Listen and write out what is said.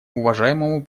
уважаемому